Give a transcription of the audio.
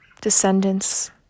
descendants